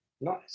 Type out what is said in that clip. Nice